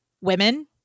women